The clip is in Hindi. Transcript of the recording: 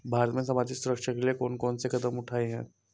भारत में सामाजिक सुरक्षा के लिए कौन कौन से कदम उठाये हैं?